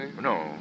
No